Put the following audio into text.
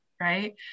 right